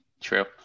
True